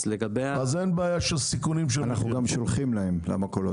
אז אין בעיה של סיכונים --- אנחנו גם שולחים למכולות